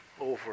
over